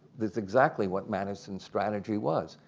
is exactly what madison's strategy was.